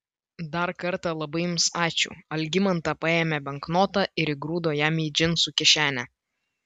dar kartą labai jums ačiū algimanta paėmė banknotą ir įgrūdo jam į džinsų kišenę